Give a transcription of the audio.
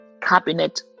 cabinet